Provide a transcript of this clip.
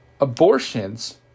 abortions